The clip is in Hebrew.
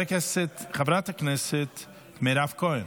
חברת הכנסת מירב כהן,